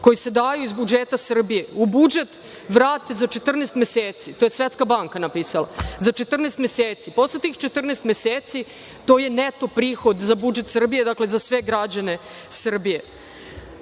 koje se daju iz budžeta Srbije u budžet vrate za 14 meseci. To je Svetska banka napisala. Posle tih 14 meseci, to je neto prihod za budžet Srbije, dakle, za sve građane Srbije.